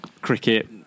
cricket